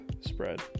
spread